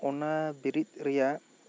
ᱚᱱᱟ ᱵᱤᱨᱤᱫ ᱨᱮᱭᱟᱜ